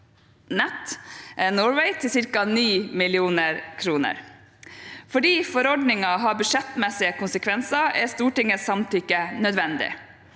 SafeSeaNet Norway til ca. 9 mill. kr. Fordi forordningen har budsjettmessige konsekvenser, er Stortingets samtykke nødvendig.